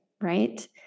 right